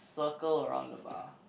circle around the bar